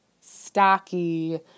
stocky